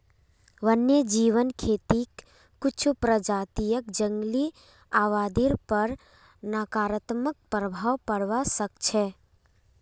वन्यजीव खेतीक कुछू प्रजातियक जंगली आबादीर पर नकारात्मक प्रभाव पोड़वा स ख छ